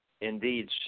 indeed